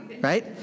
Right